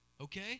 Okay